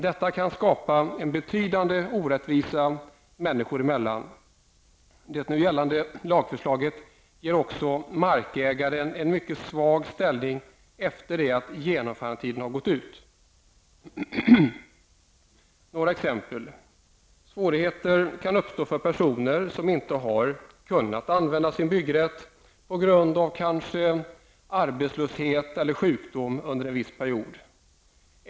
Detta kan skapa en betydande orättvisa människor emellan. Det nu föreliggande lagförslaget ger också markägaren en mycket svag ställning efter det att genomförandetiden gått ut. Några enkla exempel: Svårigheter kan uppstå för personer som inte har kunnat använda sin byggrätt på grund av arbetslöshet eller sjukdom under en viss period.